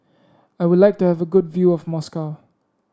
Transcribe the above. I would like to have a good view of Moscow